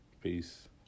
Peace